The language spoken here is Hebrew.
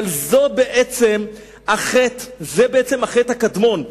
זה בעצם החטא הקדמון שלי,